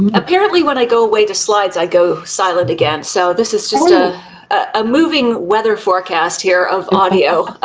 apparently when i go away to slides, i go silent again so this is just a ah moving weather forecast here of audio.